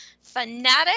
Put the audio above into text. fanatic